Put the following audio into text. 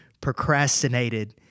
procrastinated